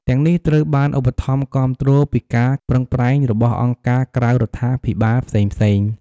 ទាំងនេះត្រូវបានឧបត្ថម្ភគាំទ្រពីការប្រឹងប្រែងរបស់អង្គការក្រៅរដ្ឋាភិបាលផ្សេងៗ។